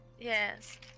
Yes